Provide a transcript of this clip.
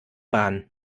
bahn